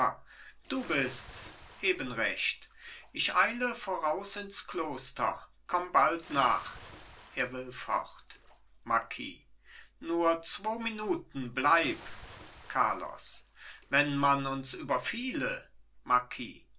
du bists eben recht ich eile voraus ins kloster komm bald nach er will fort marquis nur zwo minuten bleib carlos wenn man uns überfiele